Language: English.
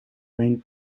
wayne